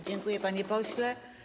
Dziękuję, panie pośle.